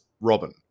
Robin